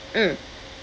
mm